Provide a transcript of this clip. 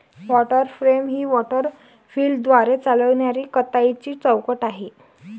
water frame ही water व्हीलद्वारे चालविणारी कताईची चौकट आहे